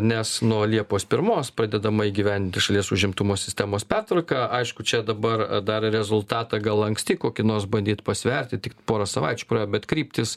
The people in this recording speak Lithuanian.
nes nuo liepos pirmos pradedama įgyvendinti šalies užimtumo sistemos pertvarka aišku čia dabar dar rezultatą gal anksti kokį nors bandyt pasverti tik pora savaičių praėjo bet kryptys